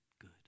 good